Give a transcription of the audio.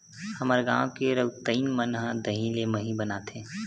हमर गांव के रउतइन मन ह दही ले मही बनाथे